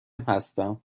هستم